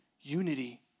Unity